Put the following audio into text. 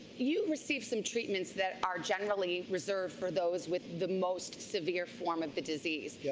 you received some treatments that are generally reserved for those with the most severe form of the disease.